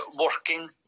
working